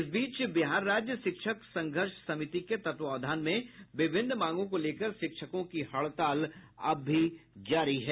इस बीच बिहार राज्य शिक्षक संघर्ष समिति के तत्वावधान में विभिन्न मांगों को लेकर शिक्षकों की हड़ताल अब भी जारी है